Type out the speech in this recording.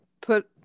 put